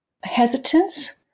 hesitance